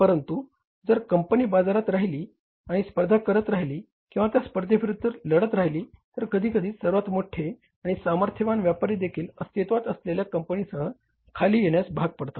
परंतु जर कंपनी बाजारात राहिली आणि स्पर्धा करत राहिली किंवा त्या स्पर्धेविरुद्ध लढत राहिली तर कधीकधी सर्वात मोठे आणि सामर्थ्यवान व्यापारी देखील अस्तित्वात असलेल्या कंपनीसह खाली येण्यास भाग पडतात